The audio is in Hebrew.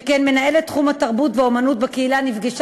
שכן מנהלת תחום התרבות והאמנות בקהילה נפגשה